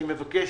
אני מבקש